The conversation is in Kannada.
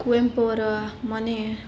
ಕುವೆಂಪು ಅವರ ಮನೆ